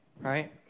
right